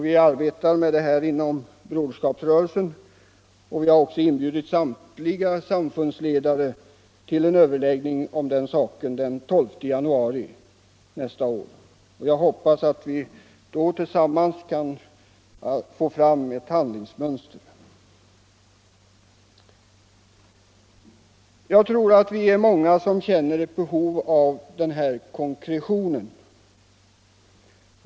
Vi arbetar med det inom broderskapsrörelsen och vi har också inbjudit samtliga samfundsledare till en överläggning om den saken den 12 januari nästa år. Jag hoppas att vi då tillsammans kan få fram ett handlingsmönster. Jag tror att vi är många som känner ett behov av den här konkretionen.